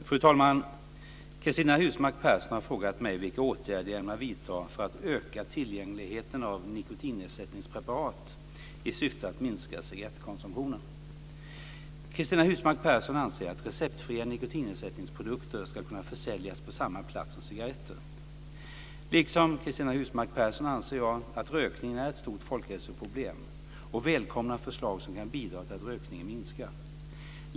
Fru talman! Cristina Husmark Pehrsson har frågat mig vilka åtgärder jag ämnar vidta för att öka tillgängligheten av nikotinersättningspreparat i syfte att minska cigarettkonsumtionen. Cristina Husmark Pehrsson anser att receptfria nikotinersättningsprodukter ska kunna försäljas på samma plats som cigaretter. Liksom Cristina Husmark Pehrsson anser jag att rökning är ett stort folkhälsoproblem och välkomnar förslag som kan bidra till att rökningen minskar.